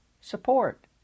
support